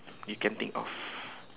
you can think of